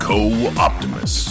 Co-Optimus